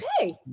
Okay